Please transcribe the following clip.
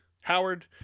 Howard